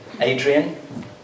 Adrian